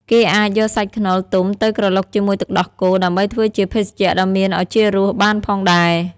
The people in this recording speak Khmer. គេអាចយកសាច់ខ្នុរទុំទៅក្រឡុកជាមួយទឹកដោះគោ ដើម្បីធ្វើជាភេសជ្ជៈដ៏មានឱជារសបានផងដែរ។